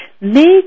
make